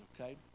okay